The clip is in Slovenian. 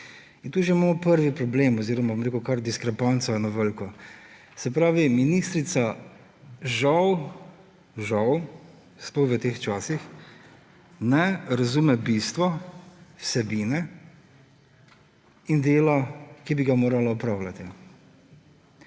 In tu imamo že prvi problem oziroma, bom rekel, kar eno veliko diskrepanco. Se pravi, ministrica žal, sploh v teh časih, ne razume bistva vsebine in dela, ki bi ga morala opravljati.